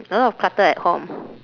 a lot of clutter at home